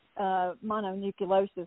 mononucleosis